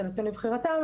זה נתון לבחירתם,